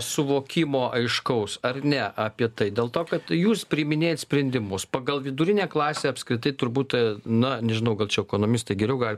suvokimo aiškaus ar ne apie tai dėl to kad jūs priiminėjat sprendimus pagal vidurinę klasę apskritai turbūt na nežinau gal čia ekonomistai geriau gali